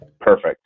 perfect